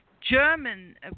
German